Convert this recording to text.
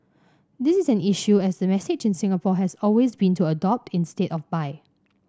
this is an issue as the message in Singapore has always been to adopt instead of buy